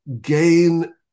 gain